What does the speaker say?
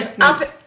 up